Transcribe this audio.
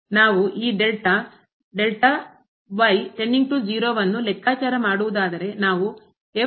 ಈಗ ನಾವು ಈ ಡೆಲ್ಟಾ ವನ್ನು ಲೆಕ್ಕಾಚಾರ ಮಾಡುವುದಾದರೆ ನಾವು ಬದಲಿಸಬೇಕು